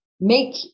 make